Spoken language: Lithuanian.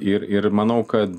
ir ir manau kad